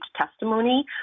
testimony